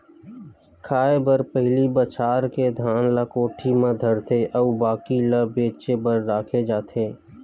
खाए बर पहिली बछार के धान ल कोठी म धरथे अउ बाकी ल बेचे बर राखे जाथे